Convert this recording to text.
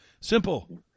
Simple